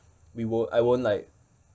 we won't I won't like